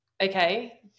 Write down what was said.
Okay